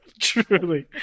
Truly